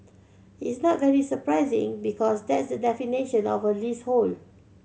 it's not very surprising because that's the definition of a leasehold